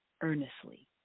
earnestly